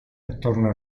attorno